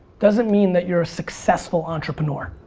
doesn't mean that you're a successful entrepreneur.